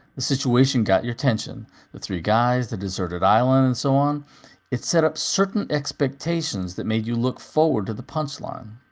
the situation got your attention the three guys, the deserted island, and so on it set up certain expectations that made you look forward to the punchline.